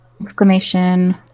exclamation